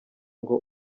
ngo